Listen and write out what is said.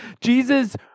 Jesus